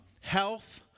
health